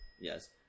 yes